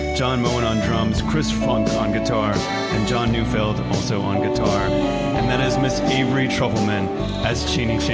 john moen on drums, chris funk on guitar, and jon neufeld also on guitar, and that is ms. avery trufelman as genie